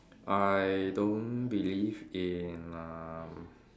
I don't believe in uh